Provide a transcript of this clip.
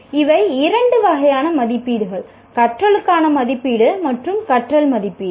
இவை இரண்டு வகையான மதிப்பீடுகள் கற்றலுக்கான மதிப்பீடு மற்றும் கற்றல் மதிப்பீடு